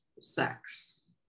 sex